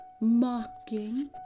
mocking